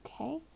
Okay